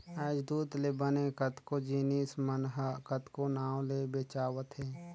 आयज दूद ले बने कतको जिनिस मन ह कतको नांव ले बेंचावत हे